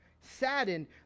saddened